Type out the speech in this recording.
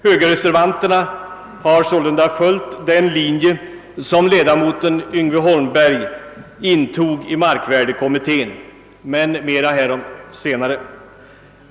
Högerreservanterna har sålunda fullföljt kommitté ledamoten Yngve Holmbergs linje. Mer härom senare.